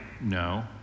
no